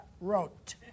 wrote